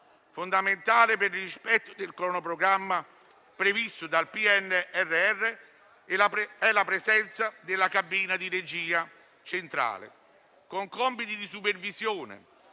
Fondamentale per il rispetto del cronoprogramma previsto dal PNRR è la presenza della cabina di regia centrale, con compiti di supervisione,